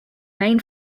main